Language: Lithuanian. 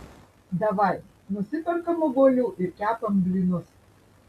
davai nusiperkam obuolių ir kepam blynus